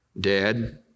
Dad